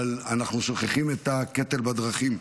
אבל אנחנו שוכחים את הקטל בדרכים.